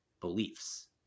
beliefs